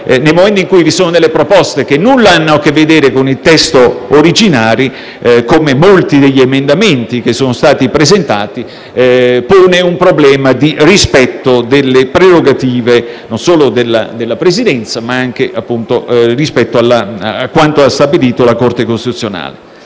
nel momento in cui vengono avanzate proposte che nulla hanno a che vedere con il testo originario, come molti degli emendamenti presentati, si pone un problema di rispetto delle prerogative, non solo della Presidenza, ma anche di quanto stabilito dalla Corte costituzionale.